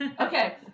Okay